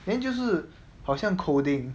then 就是好像 coding